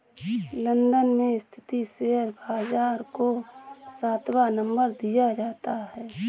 London में स्थित share बाजार को सातवां नम्बर दिया जाता है